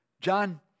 John